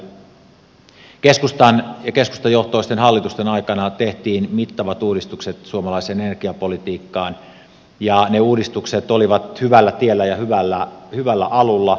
keskustan ja keskustajohtoisten hallitusten aikana tehtiin mittavat uudistukset suomalaiseen energiapolitiikkaan ja ne uudistukset olivat hyvällä tiellä ja hyvällä alulla